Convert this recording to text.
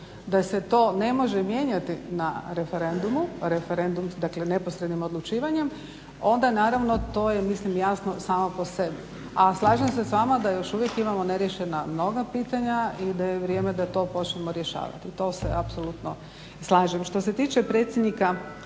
da se to ne može mijenjati na referendumu, dakle neposrednim odlučivanjem, onda naravno, to je mislim jasno samo po sebi. A slažem se s vama da još uvijek imamo neriješena mnoga pitanja i da je vrijeme da to počnemo rješavati. To se apsolutno slažem. Što se tiče predsjednika